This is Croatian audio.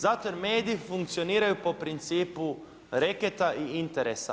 Zato jer mediji funkcioniraju po principu reketa i interesa.